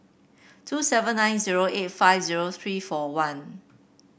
two seven nine zero eight five zero three four one